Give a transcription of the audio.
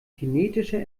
kinetischer